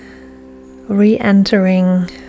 Re-entering